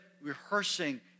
rehearsing